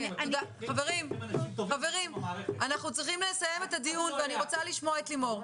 חברים אנחנו צריכים לסיים את הדיון ואני רוצה לשמוע את לימור.